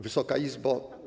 Wysoka Izbo!